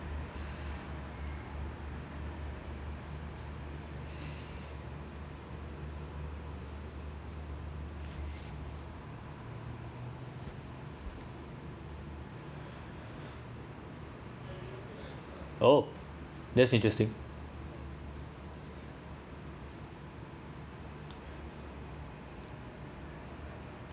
oh that‘s interesting